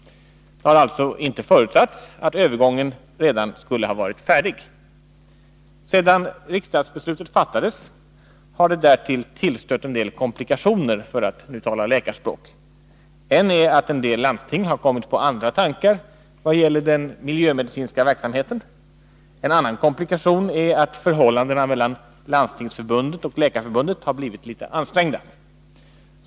Det har alltså inte förutsatts att övergången redan skulle ha varit färdig. Sedan riksdagsbeslutet fattades har det därtill tillstött en del komplikationer, för att tala läkarspråk. En är att en del landsting har kommit på andra tankar när det gäller den miljömedicinska verksamheten. En annan är att förhållandet mellan Landstingsförbundet och Läkarförbundet har blivit litet ansträngt.